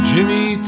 Jimmy